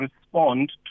respond